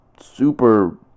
super